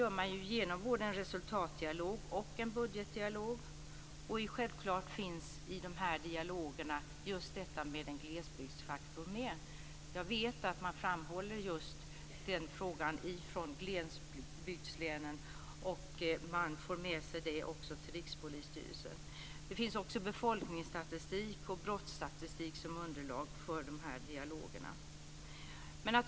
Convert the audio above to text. Detta görs genom både en resultatdialog och en budgetdialog. Självfallet finns också detta med en glesbygdsfaktor med i de här dialogerna. Jag vet att man framhåller just den frågan från glesbygdslänen. Man får också med sig detta till Rikspolisstyrelsen. Det finns också befolkningsstatistik och brottsstatistik som underlag för dialogerna.